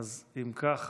אז אם כך,